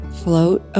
float